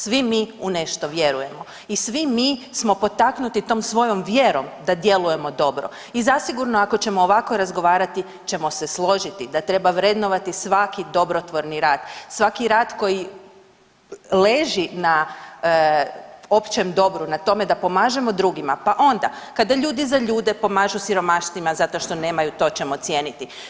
Svi mi u nešto vjerujemo i svi mi smo potaknuti tom svojom vjerom da djelujemo dobro i zasigurno, ako ćemo ovako razgovarati ćemo se složiti da treba vrednovati svaki dobrotvorni rad, svaki rad koji leži na općem dobru, na tome da pomažemo drugima, pa onda kada ljudi za ljude pomažu siromaštvima zato što nemaju, to ćemo cijeniti.